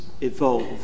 evolve